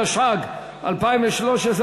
התשע"ג 2013,